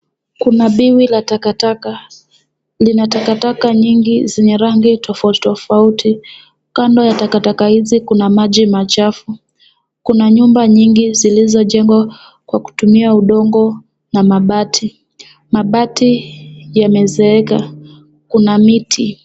Kuna biwi la takataka. Lina takataka nyingi zenye rangi tofauti tofauti. Kando ya takataka hizi kuna maji machafu. Kuna nyumba nyingi zilizojengwa kwa kutumia udongo na mabati. Mabati yamezeeka, kuna miti.